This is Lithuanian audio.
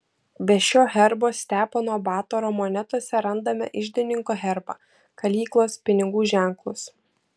be šio herbo stepono batoro monetose randame iždininko herbą kalyklos pinigų ženklus